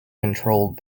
controlled